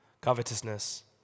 covetousness